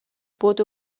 بدو